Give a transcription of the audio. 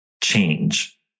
change